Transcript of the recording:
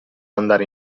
andare